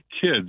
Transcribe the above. kids